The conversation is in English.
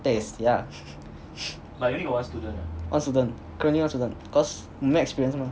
thanks yeah one student currently one student cause I no experience mah